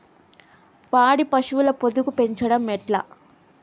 పాడి పశువుల పొదుగు పెంచడం ఎట్లా?